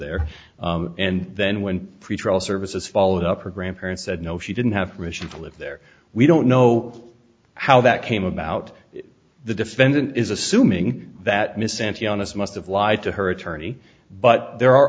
there and then when pretrial services followed up her grandparents said no she didn't have permission to live there we don't know how that came about the defendant is assuming that misandry honest must have lied to her attorney but there are